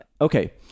Okay